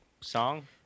song